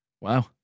Wow